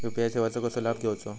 UPI सेवाचो कसो लाभ घेवचो?